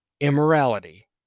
immorality